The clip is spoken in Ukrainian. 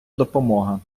допомога